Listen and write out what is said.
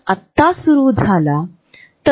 हे काही त्रास होणारनक्कीच नाही